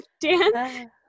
Dan